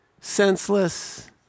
Senseless